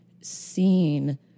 seen